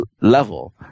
level